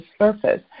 surface